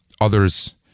Others